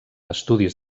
estudis